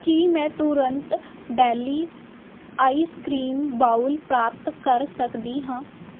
ਕੀ ਮੈਂ ਤੁਰੰਤ daily ice cream bowl ਪ੍ਰਾਪਤ ਕਰ ਸਕਦੀ ਹਾਂ